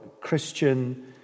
Christian